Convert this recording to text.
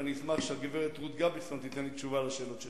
ואני אשמח אם הגברת רות גביזון תיתן לי תשובה על השאלות שלי.